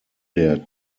der